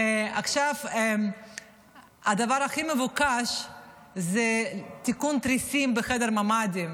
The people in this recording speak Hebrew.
עכשיו הדבר הכי מבוקש זה תיקון תריסים בחדר ממ"ד.